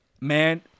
man